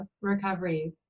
recovery